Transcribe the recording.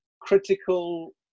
critical